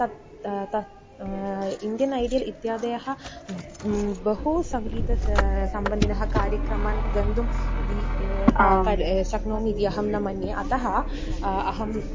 तत् तत् Indian Idol इत्यादयः बहु सङ्गीत सम्बन्धिनः कार्यक्रमान् गन्तुम् इति क शक्नोमि इति अहं न मन्ये अतः अहम्